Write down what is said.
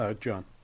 John